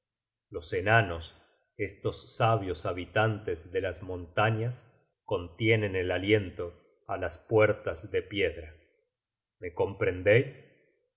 los enanos estos sabios habitantes de las montañas contienen el aliento á las puertas de piedra me comprendeis